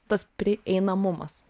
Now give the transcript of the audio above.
tas prieinamumas